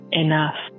enough